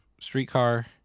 Streetcar